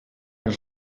els